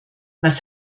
was